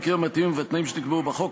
במקרים המתאימים ובתנאים שנקבעו בחוק,